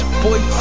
boy